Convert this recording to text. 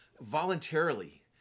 Voluntarily